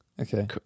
Okay